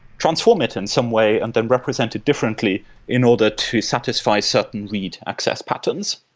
transform it in some way and then represent it differently in order to satisfy certain read access patterns.